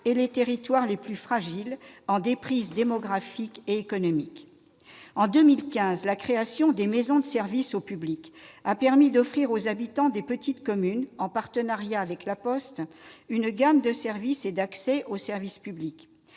et les territoires les plus fragiles, en déprise démographique et économique. En 2015, la création des maisons de services au public, les MSAP, a permis d'offrir aux habitants des petites communes, en partenariat avec La Poste, une gamme de services et d'accès aux services publics.